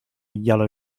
yellow